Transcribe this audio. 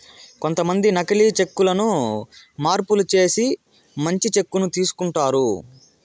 కొంతమంది నకీలి చెక్ లను మార్పులు చేసి మంచి చెక్ ను తీసుకుంటారు